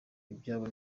ibyabo